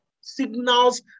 signals